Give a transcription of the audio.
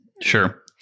Sure